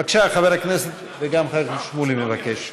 גם חבר הכנסת שמולי מבקש.